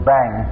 Bang